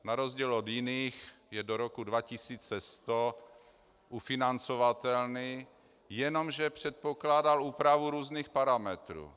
Na rozdíl jiných je do roku 2100 ufinancovatelný, jenomže předpokládal úpravu různých parametrů.